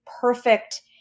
perfect